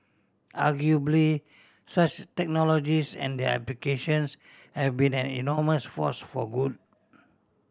arguably such technologies and their applications have been an enormous force for good